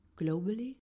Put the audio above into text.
globally